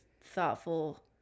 thoughtful